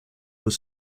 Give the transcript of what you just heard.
were